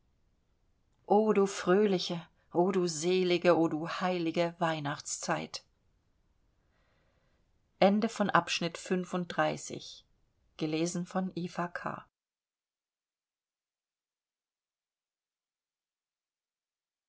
o du fröhliche o du selige o du heilige weihnachtszeit